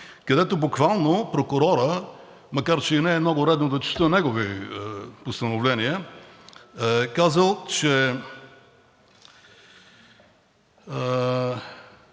където буквално прокурорът, макар че и не е много редно да чета негови постановления, е казал, че